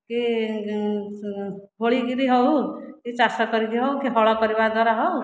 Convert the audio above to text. କି ଖୋଳିକରି ହେଉ କି ଚାଷ କରିକି ହେଉ କି ହଳ କରିବା ଦ୍ଵାରା ହେଉ